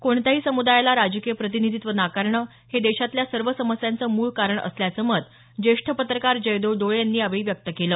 कोणत्याही समुदायाला राजकीय प्रतिनिधित्व नाकारणं हे देशातल्या सर्व समस्यांचं मूळ कारण असल्याचं मत ज्येष्ठ पत्रकार जयदेव डोळे यांनी यावेळी व्यक्त केलं